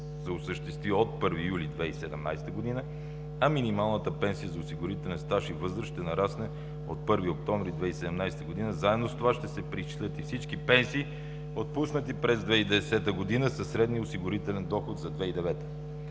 се осъществи от 1 юли 2017 г., а минималната пенсия за осигурителен стаж и възраст ще нарасне от 1 октомври 2017 г. Заедно с това, ще се преизчислят и всички пенсии, отпуснати през 2010 г. със средния осигурителен доход за 2009.